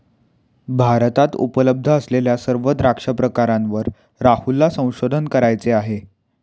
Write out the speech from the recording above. भारतात उपलब्ध असलेल्या सर्व द्राक्ष प्रकारांवर राहुलला संशोधन करायचे आहे